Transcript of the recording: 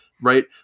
Right